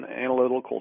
analytical